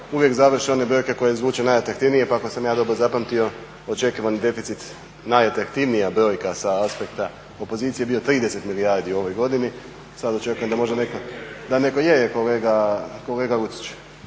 uvijek završen one brojke koje zvuče najatraktivnije pa ako sam ja dobro zapamtio očekivani deficit najatraktivnija brojka sa aspekta opozicije bio 30 milijardi u ovoj godini, sada očekujem da možda neko. … /Upadica